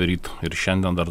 ryt ir šiandien dar